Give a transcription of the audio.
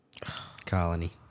Colony